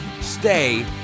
stay